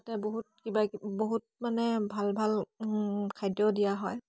তাতে বহুত কিবাকিবি বহুত মানে ভাল ভাল খাদ্যও দিয়া হয়